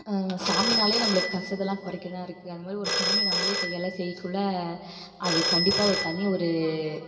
சாமினாலே நம்மளுக்கு கஷ்டத்தை எல்லாம் கொறைக்கதான் இருக்குது அது மாதிரி ஒரு சாமி நம்மளே கையால் செய்யக்குள்ள அது கண்டிப்பாக தனி ஒரு